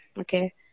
Okay